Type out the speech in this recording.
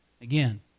Again